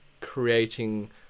creating